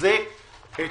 ולתחזק את